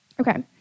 Okay